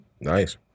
Nice